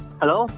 hello